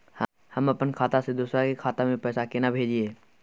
हम अपन खाता से दोसर के खाता में पैसा केना भेजिए?